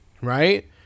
right